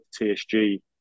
TSG